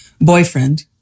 boyfriend